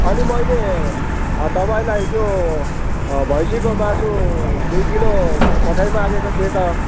अनि मैले तपाइँलाई त्यो भैँसीको मासु दुई किलो पठाई मागेको थिएँ त